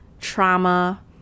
trauma